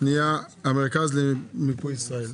המרכז למיפוי ישראל.